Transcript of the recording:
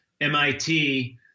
MIT